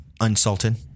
unsalted